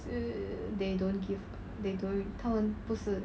they don't give they don't 他们不是